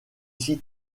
six